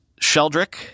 Sheldrick